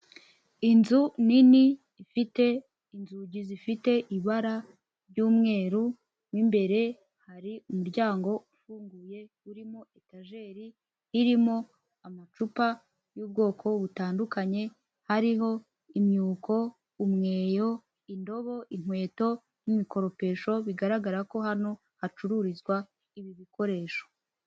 Inzu nini ifite inzugi zifite ibara ry'umweru mu imbere hari umuryango ufunguye urimo etajeri irimo amacupa y'ubwoko butandukanye hariho imyuko, umweyo, indobo, inkweto n'imikoropesho bigaragara ko hano hacururizwa ibi bikoresho.